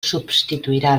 substituirà